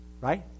right